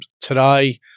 today